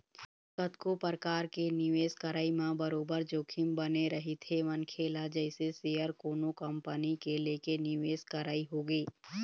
कतको परकार के निवेश करई म बरोबर जोखिम बने रहिथे मनखे ल जइसे सेयर कोनो कंपनी के लेके निवेश करई होगे